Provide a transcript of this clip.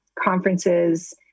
conferences